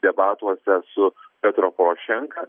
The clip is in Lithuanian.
debatuose su petro porošenka